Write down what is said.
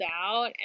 out